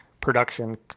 production